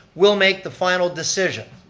will make the final decision.